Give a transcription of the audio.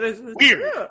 Weird